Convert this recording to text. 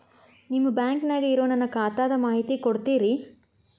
ನಿಮ್ಮ ಬ್ಯಾಂಕನ್ಯಾಗ ಇರೊ ನನ್ನ ಖಾತಾದ ಮಾಹಿತಿ ಕೊಡ್ತೇರಿ?